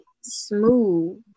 smooth